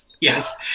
Yes